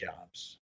jobs